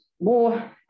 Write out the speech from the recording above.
more